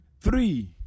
three